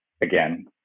again